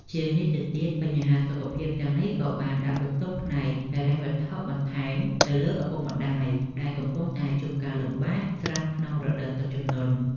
ជាងនេះទៅទៀត បញ្ហាសុខភាពទាំងនេះក៏បានដាក់បន្ទុកផ្នែកហិរញ្ញវត្ថុបន្ថែមទៅលើឪពុកម្តាយ ដែលកំពុងតែជួបការលំបាកស្រាប់ក្នុងរដូវទឹកជំនន់។